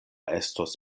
estos